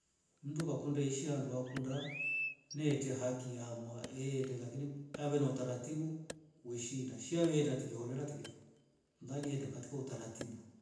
Mndu kakunda ishii andu hakunda hete haki yamwao eende lakini si aende na utaratibu weenda shi aende kiolela tu lamdi aende katika utaratibu.